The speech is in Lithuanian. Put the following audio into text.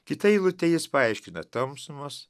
kitaip eilutę jis paaiškina tamsumas